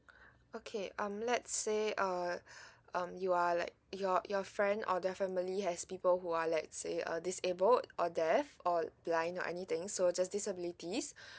okay um let's say uh um you are like your your friend or their family has people who are let's say uh disabled or death or blind or anything so just disabilities